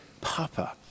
Papa